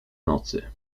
nocy